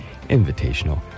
Invitational